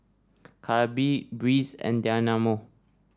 Calbee Breeze and Dynamo